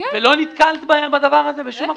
אם אתם תמצאו איזשהו פתרון, אשמח.